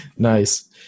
Nice